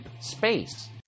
space